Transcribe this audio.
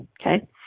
Okay